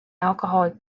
alcoholic